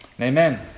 amen